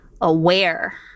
aware